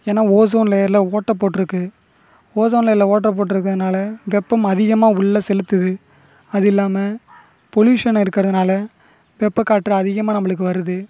ஏன்னால் ஓசோன் லேயரில் ஓட்டை போட்டுருக்கு ஓசோன் லேயரில் ஓட்டை போட்டுருக்கிறதுனால வெப்பம் அதிகமாக உள்ளே செலுத்தது அதில்லாமல் பொலியூசன் இருக்கிறதுனால வெப்பக்காற்று அதிகமாக நம்மளுக்கு வருது